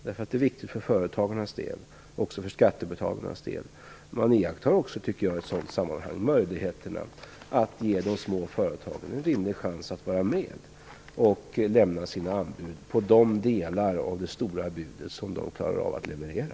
Det är viktigt för företagarnas och också för skattebetalarnas del. Man ser också i ett sådant sammanhang till möjligheterna att ge de små företagen en rimlig chans att vara med och lämna sina anbud på de delar av det stora budet som de klarar av att leverera.